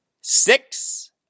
Six